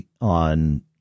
on